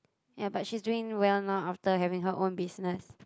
ya but she's doing well now after having her own business